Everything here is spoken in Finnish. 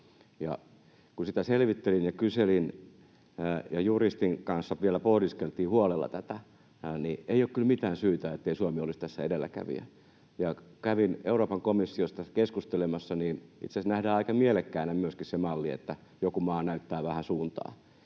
Kun sitä selvittelin ja kyselin ja juristin kanssa vielä pohdiskeltiin huolella tätä, niin ei ole kyllä mitään syytä, ettei Suomi olisi tässä edelläkävijä. Kävin Euroopan komissiossa tästä keskustelemassa, ja itse asiassa nähdään aika mielekkäänä myöskin se malli, että joku maa näyttää vähän suuntaa.